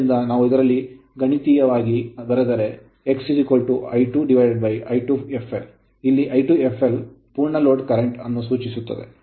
ಆದ್ದರಿಂದ ನಾವು ಇದರಲ್ಲಿ ಗಣಿತೀಯವಾಗಿ ಬರೆದರೆ ಅದೇ x I2I2fl ಇಲ್ಲಿ I2fl ಪೂರ್ಣ ಲೋಡ್ ಕರೆಂಟ್ ಅನ್ನು ಸೂಚಿಸುತ್ತದೆ